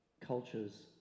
cultures